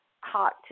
hot